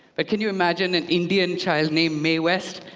but can you imagine an indian child name mae west?